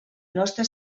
nostra